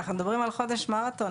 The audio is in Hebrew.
אנחנו מדברים על חודש מרתון.